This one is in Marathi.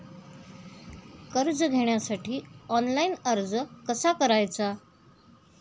कर्ज घेण्यासाठी ऑनलाइन अर्ज कसा करायचा?